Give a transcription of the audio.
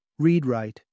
ReadWrite